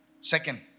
Second